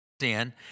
sin